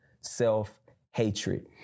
self-hatred